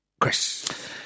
Chris